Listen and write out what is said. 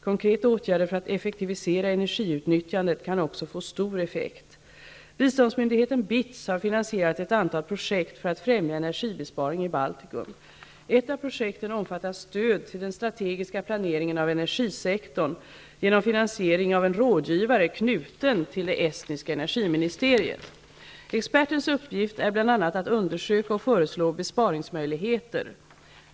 Konkreta åtgärder för att effektivisera energiutnyttjandet kan också få stor effekt. Biståndsmyndigheten BITS har finansierat ett antal projekt för att främja energibesparing i Baltikum. Ett av projekten omfattar stöd till den strategiska planeringen av energisektorn genom finansiering av en rådgivare knuten till det estniska energiministeriet. Expertens uppgift är bl.a. att undersöka och föreslå besparingsmöjligheter.